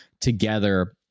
together